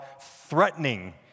threatening